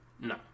No